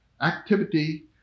activity